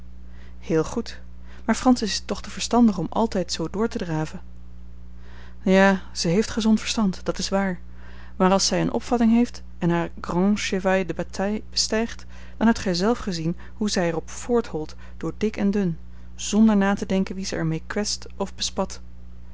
heel goed maar francis is toch te verstandig om altijd zoo door te draven ja zij heeft gezond verstand dat is waar maar als zij eene opvatting heeft en haar grand cheval de bataille bestijgt dan hebt gij zelf gezien hoe zij er op voortholt door dik en dun zonder na te denken wie zij er mee kwetst of bespat